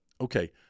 okay